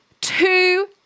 two